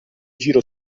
giro